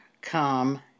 come